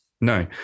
no